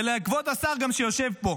וגם לכבוד השר שיושב פה,